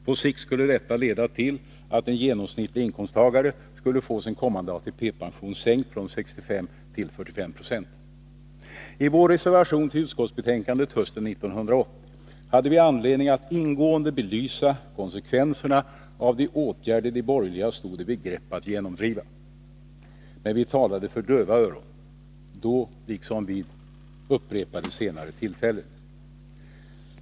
På sikt skulle detta leda till att en genomsnittlig inkomsttagare skulle få sin kommande ATP-pension sänkt från 65 till 45 96. I vår reservation till utskottsbetänkandet hösten 1980 hade vi anledning att ingående belysa konsekvenserna av de åtgärder de borgerliga stod i begrepp att genomdriva. Men vi talade för döva öron — då liksom vid upprepade senare tillfällen.